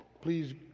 please